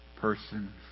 person